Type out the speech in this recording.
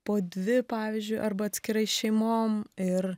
po dvi pavyzdžiui arba atskirai šeimon ir